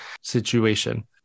situation